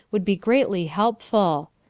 would be greatly helpful.